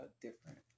different